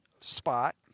spot